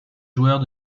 joueurs